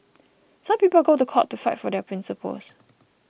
some people go to court to fight for their principles